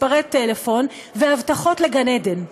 מספרי טלפון והבטחות לגן-עדן,